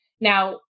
Now